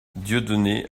dieudonné